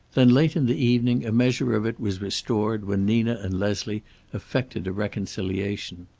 then late in the evening a measure of it was restored when nina and leslie effected a reconciliation.